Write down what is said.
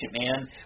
man